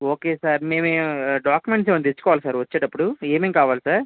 okay sir మేము documents ఏమైనా తెచ్చుకోవాలా సార్ వచ్చేటప్పుడు ఏమేమి కావాలి సార్